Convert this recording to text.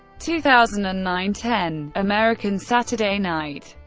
two thousand and nine ten american saturday night